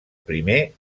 primer